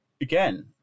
again